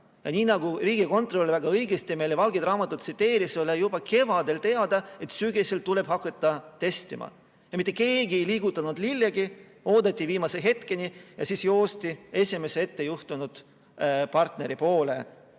Nii nagu riigikontrolör väga õigesti meile valget raamatut tsiteeris, oli juba kevadel teada, et sügisel tuleb hakata testima. Aga mitte keegi ei liigutanud lillegi. Oodati viimase hetkeni ja siis joosti esimese ettejuhtunud partneri poole,